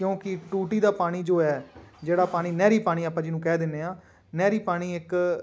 ਕਿਉਂਕਿ ਟੂਟੀ ਦਾ ਪਾਣੀ ਜੋ ਹੈ ਜਿਹੜਾ ਪਾਣੀ ਨਹਿਰੀ ਪਾਣੀ ਆਪਾਂ ਜਿਹਨੂੰ ਕਹਿ ਦਿੰਦੇ ਹਾਂ ਨਹਿਰੀ ਪਾਣੀ ਇੱਕ